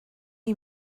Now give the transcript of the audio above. you